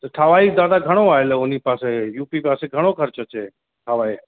ठवाई दादा घणो आहे उन पासे यू पी पासे घणो ख़र्चु अचे ठवाई